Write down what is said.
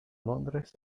londres